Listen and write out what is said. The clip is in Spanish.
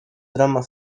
drama